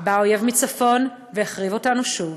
בא אויב מצפון והחריב אותנו שוב.